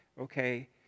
Okay